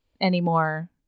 anymore